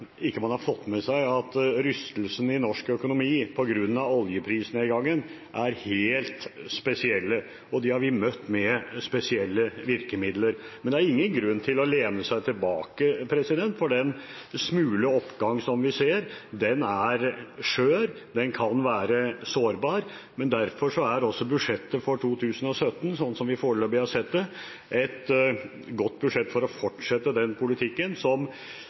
man ikke har fått med seg at rystelsene i norsk økonomi på grunn av oljeprisnedgangen er helt spesielle, og den har vi møtt med spesielle virkemidler. Men det er ingen grunn til å lene seg tilbake, for den smule oppgang vi ser, er skjør, den kan være sårbar. Derfor er også budsjettet for 2017 – sånn som vi foreløpig har sett det – et godt budsjett for å fortsette en politikk som